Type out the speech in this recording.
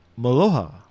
Maloha